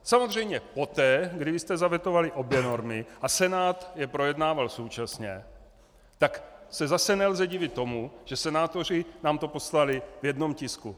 Samozřejmě poté, kdy vy jste zavetovali obě normy a Senát je projednával současně, tak se zase nelze divit tomu, že senátoři nám to poslali v jednom tisku.